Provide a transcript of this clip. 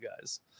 guys